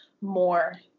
more